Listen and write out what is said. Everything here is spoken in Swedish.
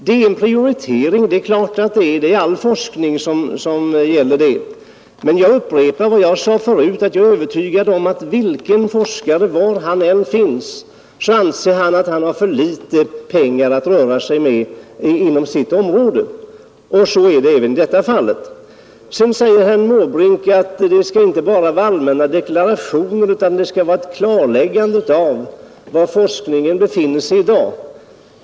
Det är klart bekämpningsmedel från luften att det är en prioritering. Det blir det i fråga om all forskning. Men jag upprepar vad jag sade förut, att jag är övertygad om att varje forskare, var han än finns, anser att han har för litet pengar att röra sig med inom sitt område. Så är det även i detta fall. Sedan säger herr Måbrink att det skall inte vara allmänna deklarationer utan det skall vara ett klarläggande av var forskningen befinner sig i dag.